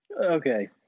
Okay